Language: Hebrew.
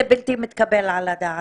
זה בלתי מתקבל על הדעת.